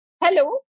Hello